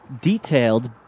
detailed